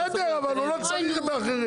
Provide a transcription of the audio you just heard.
בסדר, אבל הוא לא צריך את האחרים.